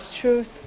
truth